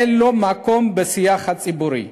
אין לו מקום בשיח הציבורי.